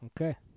Okay